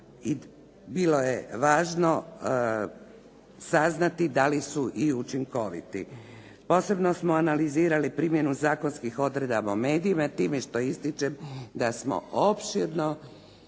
bilo je važno saznati da li su i učinkoviti. Posebno smo analizirali primjenu zakonskih odredaba o medijima, jer time što ističem da smo opširno